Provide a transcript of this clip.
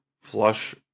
flush